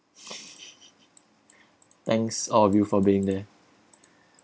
thanks all of you for being there